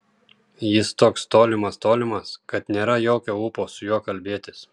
jis toks tolimas tolimas kad nėra jokio ūpo su juo kalbėtis